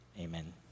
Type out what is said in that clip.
Amen